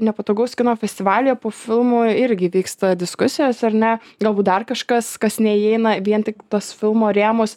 nepatogaus kino festivalyje po filmų irgi vyksta diskusijos ar ne galbūt dar kažkas kas neįeina vien tik tuos filmo rėmus